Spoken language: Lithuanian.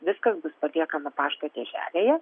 viskas bus paliekama pašto dėželėje